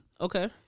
Okay